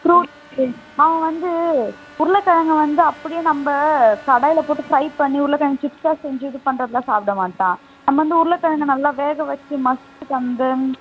fruits அவன் வந்து உருளைக் கிழங்க வந்து அப்படியே நம்ம கடாயில் போட்டு ஃப்ரை பண்ணி உருளைக் கிழங்கு சிப்ஸ்ஸாக செஞ்சு இது பண்ணுறதெல்லாம் சாப்பிடமாட்டான் நம்ம வந்து உருளைக் கிழங்க நல்லா வேகவச்சு மசித்து தந்து